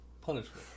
punishment